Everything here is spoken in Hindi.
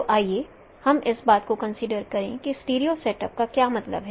तो आइए हम इस बात को कंसीडर करें कि स्टीरियो सेटअप का क्या मतलब है